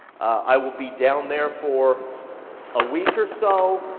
i will be down there for a week or so.